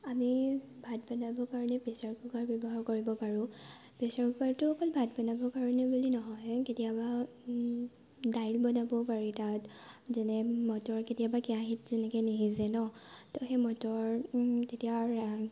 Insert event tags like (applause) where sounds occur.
আমি ভাত বনাবৰ কাৰণে প্ৰেচাৰ কুকাৰ ব্যৱহাৰ কৰিব পাৰোঁ প্ৰেচাৰ কুকাৰটো অকল ভাত বনাবৰ কাৰণে বুলি নহয় কেতিয়াবা দাইল বনাবও পাৰি তাত যেনে মটৰ কেতিয়াবা কেৰাহিত যেনেকৈ নিসিজে ন তাত সেই মটৰ (unintelligible)